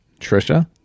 Trisha